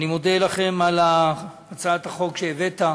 אני מודה לכם על הצעת החוק שהבאת.